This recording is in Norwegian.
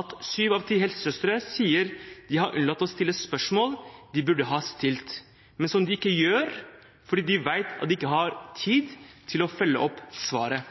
at syv av ti helsesøstre sier at de har unnlatt å stille spørsmål de burde ha stilt, men som de ikke gjør, fordi de vet at de ikke har tid til å følge opp svaret.